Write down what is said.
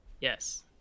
Yes